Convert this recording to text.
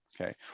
okay